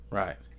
right